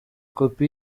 kopi